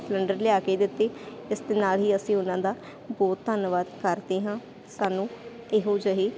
cylinder ਲਿਆ ਕੇ ਦਿੱਤੇ ਇਸ ਦੇ ਨਾਲ ਹੀ ਅਸੀਂ ਉਹਨਾਂ ਦਾ ਬਹੁਤ ਧੰਨਵਾਦ ਕਰਦੇ ਹਾਂ ਸਾਨੂੰ ਇਹੋ ਜਿਹੀ